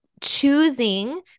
choosing